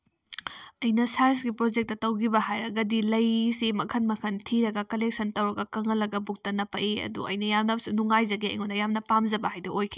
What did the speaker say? ꯑꯩꯅ ꯁꯥꯏꯟꯁꯀꯤ ꯄ꯭ꯔꯣꯖꯦꯛꯇ ꯇꯧꯈꯤꯕ ꯍꯥꯏꯔꯒꯗꯤ ꯂꯩꯁꯤ ꯃꯈꯜ ꯃꯈꯜ ꯊꯤꯔꯒ ꯀꯂꯦꯛꯁꯟ ꯇꯧꯔꯒ ꯀꯪꯍꯜꯂꯒ ꯕꯨꯛꯇ ꯅꯞꯄꯛꯏ ꯑꯗꯣ ꯑꯩꯅ ꯌꯥꯝꯅ ꯅꯨꯡꯉꯥꯏꯖꯗꯦ ꯑꯩꯉꯣꯟꯗ ꯌꯥꯝꯅ ꯄꯥꯝꯖꯕ ꯍꯥꯏꯗꯣ ꯑꯣꯏꯈꯤ